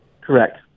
Correct